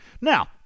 Now